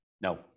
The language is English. No